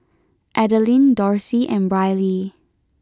Adeline Dorsey and Brylee